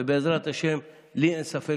ובעזרת השם, לי אין ספק